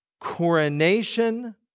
coronation